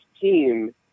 team